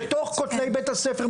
בתוך כתלי בית הספר,